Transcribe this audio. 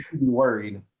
worried